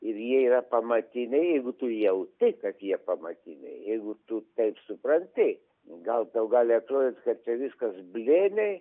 ir jie yra pamatiniai jeigu tu jauti kad jie pamatiniai jeigu tu taip supranti gal tau gali atrodyt kad čia viskas blėniai